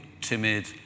timid